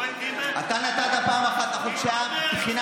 מועד ג' אתה נתת פעם אחת בחינה נוספת.